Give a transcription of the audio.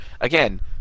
again